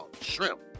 shrimp